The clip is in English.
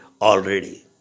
already